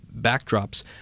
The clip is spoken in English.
backdrops